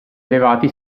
elevati